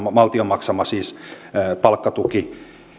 valtion maksamaan sadan prosentin palkkatukeen